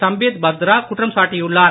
சம்பித் பத்ரா குற்றம் சாட்டியுள்ளார்